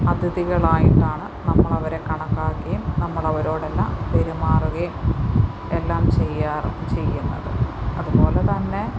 അതിഥികളായിട്ടാണ് നമ്മൾ അവരെ കണക്കാക്കുവേം നമ്മൾ അവരോടെല്ലാം പെരുമാറുവേം എല്ലാം ചെയ്യാറ് ചെയ്യുന്നത് അതുപോലെ തന്നെ